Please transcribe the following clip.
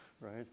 right